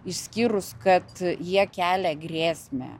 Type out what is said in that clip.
išskyrus kad jie kelia grėsmę